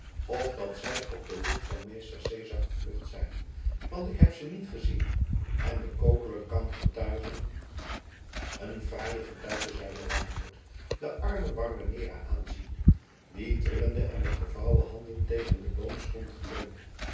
of dat zij op de lucht van meester cezar gevlucht zijn want ik heb ze niet gezien en de kokeler kan getuigen een fraaie getuige zeide reinout den armen barbanera aanziende die trillende en met gevouwen handen tegen den boom stond geleund